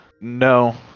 No